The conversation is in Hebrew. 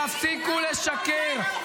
תפסיקו לשקר.